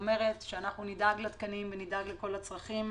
אומרת שאנחנו נדאג לתקנים ונדאג לכל הצרכים.